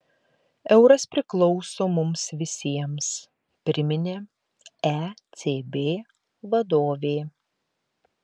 euras priklauso mums visiems priminė ecb vadovė